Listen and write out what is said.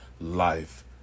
life